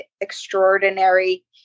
extraordinary